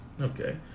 Okay